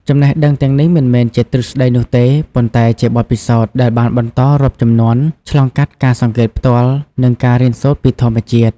ចំណេះដឹងទាំងនេះមិនមែនជាទ្រឹស្តីនោះទេ ប៉ុន្តែជាបទពិសោធន៍ដែលបានបន្តរាប់ជំនាន់ ឆ្លងកាត់ការសង្កេតផ្ទាល់ និងការរៀនសូត្រពីធម្មជាតិ។